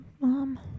mom